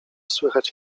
słychać